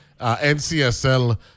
NCSL